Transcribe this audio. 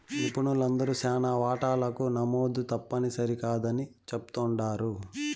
నిపుణులందరూ శానా వాటాలకు నమోదు తప్పుని సరికాదని చెప్తుండారు